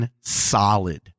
solid